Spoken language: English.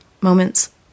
moments